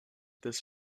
this